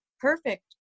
perfect